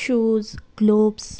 শ্বুজ gloves